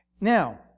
Now